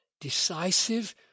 decisive